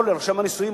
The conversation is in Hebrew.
יכול רשם הנישואים,